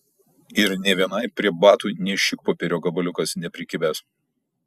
ir nė vienai prie batų nė šikpopierio gabaliukas neprikibęs